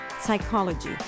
psychology